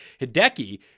Hideki